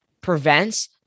prevents